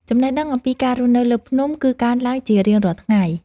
ចំណេះដឹងអំពីការរស់នៅលើភ្នំ គឺកើនឡើងជារៀងរាល់ថ្ងៃ។